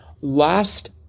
Last